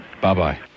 Bye-bye